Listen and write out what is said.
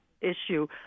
issue